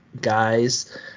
guys